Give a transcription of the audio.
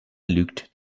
lügt